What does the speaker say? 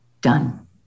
done